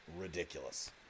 ridiculous